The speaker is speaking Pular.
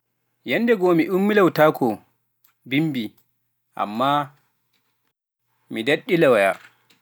Yannde go'o mi ummilowtaako bimmbi ammaa mi daɗɗilowaya.